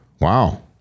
wow